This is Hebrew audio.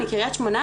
מקרית שמנוה,